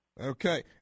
Okay